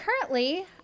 Currently